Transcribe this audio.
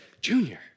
Junior